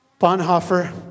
Bonhoeffer